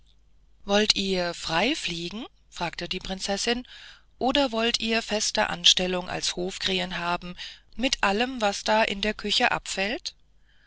wollt ihr frei fliegen fragte die prinzessin oder wollt ihr feste anstellung als hofkrähen haben mit allem was da in der küche abfällt